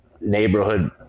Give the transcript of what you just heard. neighborhood